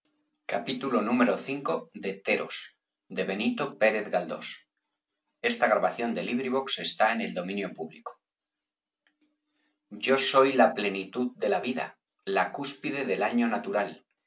modo v yo soy la plenitud de la vida la cúspide del año natural